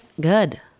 Good